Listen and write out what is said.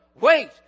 Wait